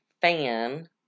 fan